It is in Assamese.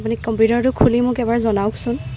আপুনি কম্পিউটাৰটো খুলি মোক এবাৰ জনাওকচোন